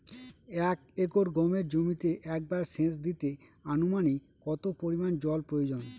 এক একর গমের জমিতে একবার শেচ দিতে অনুমানিক কত পরিমান জল প্রয়োজন?